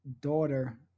daughter